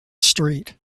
street